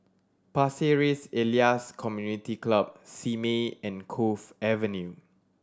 Pasir Ris Elias Community Club Simei and Cove Avenue